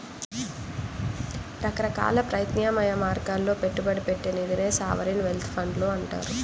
రకరకాల ప్రత్యామ్నాయ మార్గాల్లో పెట్టుబడి పెట్టే నిధినే సావరీన్ వెల్త్ ఫండ్లు అంటారు